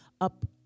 up